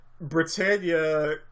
Britannia